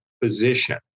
position